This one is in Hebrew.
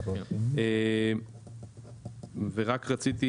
ורק רציתי